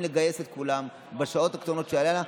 לגייס את כולם בשעות הקטנות של הלילה,